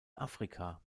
afrika